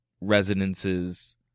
resonances